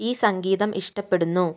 ഈ സംഗീതം ഇഷ്ടപ്പെടുന്നു